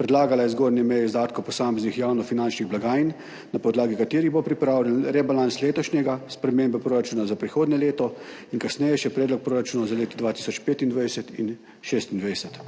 Predlagala je zgornje meje izdatkov posameznih javnofinančnih blagajn, na podlagi katerih bo pripravljen rebalans letošnjega, spremembe proračuna za prihodnje leto in kasneje še predlog proračuna za leto 2025 in 2026.